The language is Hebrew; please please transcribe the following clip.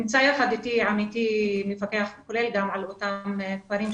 נמצא יחד איתי עמיתי מפקח כולל גם על אותם כפרים,